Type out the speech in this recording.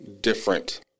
different